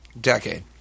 Decade